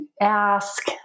ask